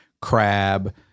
crab